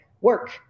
work